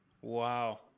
Wow